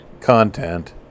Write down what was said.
content